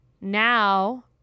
now